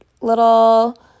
little